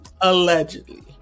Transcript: allegedly